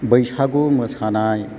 बैसागु मोसानाय